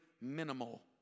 minimal